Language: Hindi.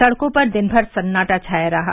सड़कों पर दिन भर सन्नाटा रहा